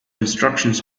instructions